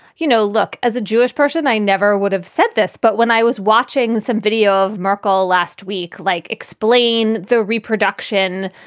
you know, look, as a jewish person, i never would have said this. but when i was watching some video of merkel last week, like explain the reproduction,